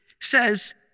says